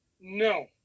no